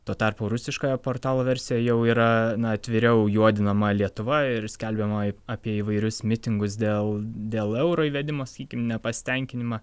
tuo tarpu rusiškoje portalo versijoj jau yra atviriau juodinama lietuvoje ir skelbiama apie įvairius mitingus dėl dėl euro įvedimo sakykim nepasitenkinimą